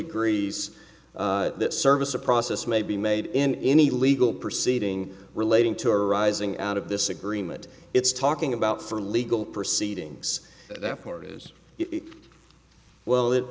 agrees that service a process may be made in any legal proceeding relating to arising out of this agreement it's talking about for legal proceedings that part is well it